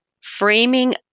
framing